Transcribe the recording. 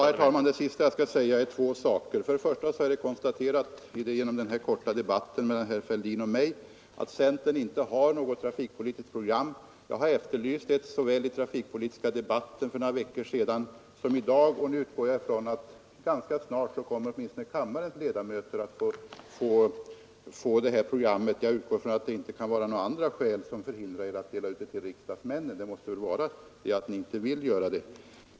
Herr talman! Det är bara två saker som jag skall säga till sist, och den första är att det efter denna korta debatt mellan herr Fälldin och mig kan konstateras att centern inte har något trafikpolitiskt program. Jag har efterlyst ett sådant program både i den trafikpolitiska debatten för några veckor sedan och i dag. Nu utgår jag emellertid ifrån att kammarens ledamöter ganska snart kommer att få det programmet och att det inte finns några skäl som nu hindrar er från att dela ut det till riksdagens ledamöter. Att så inte skett måste väl ha berott på att ni inte har velat dela ut det.